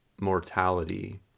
mortality